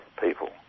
people